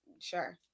Sure